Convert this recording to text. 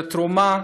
זו תרומה